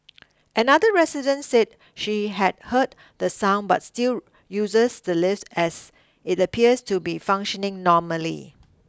another resident said she had heard the sound but still uses the lift as it appears to be functioning normally